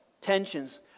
Tension's